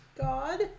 God